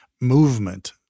movement